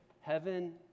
heaven